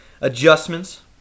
adjustments